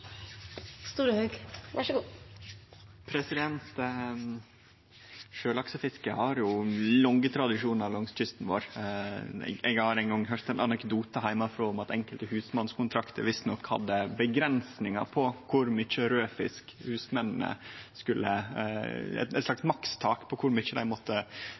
Sjølaksefisket har jo lange tradisjonar langs kysten vår. Eg har ein gong høyrt ein anekdote heimanfrå om at enkelte husmannskontraktar visstnok hadde grenser – eit slags makstak – for kor mykje raudfisk husmennene måtte innta av laksen, fordi det var ei såpass viktig og stor utnytting av dei